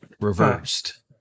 reversed